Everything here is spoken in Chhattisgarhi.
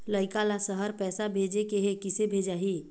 लइका ला शहर पैसा भेजें के हे, किसे भेजाही